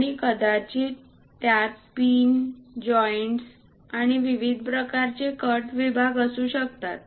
आणि कदाचित त्यात पिन जॉइंट्स आणि विविध प्रकारचे कट विभाग असू शकतात